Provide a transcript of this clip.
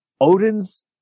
Odin's